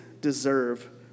deserve